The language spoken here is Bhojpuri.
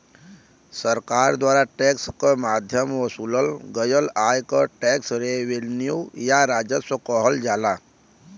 सरकार द्वारा टैक्स क माध्यम वसूलल गयल आय क टैक्स रेवेन्यू या राजस्व कहल जाला